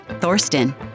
Thorsten